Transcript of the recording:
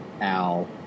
Al